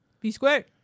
B-squared